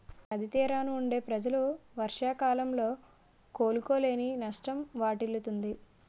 నది తీరాన వుండే ప్రజలు వర్షాకాలంలో కోలుకోలేని నష్టం వాటిల్లుతుంది